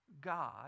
God